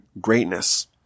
greatness